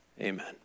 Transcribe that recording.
Amen